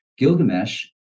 Gilgamesh